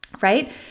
Right